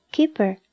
Keeper